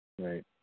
Right